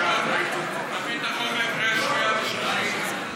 להכין את החומר לקריאה השנייה והשלישית.